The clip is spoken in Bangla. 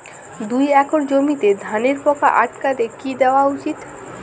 দুই একর জমিতে ধানের পোকা আটকাতে কি দেওয়া উচিৎ?